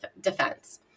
defense